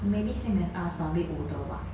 maybe same as us but a bit older bah